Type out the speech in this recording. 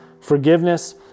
forgiveness